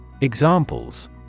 Examples